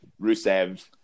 rusev